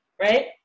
right